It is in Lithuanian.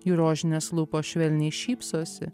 jų rožinės lūpos švelniai šypsosi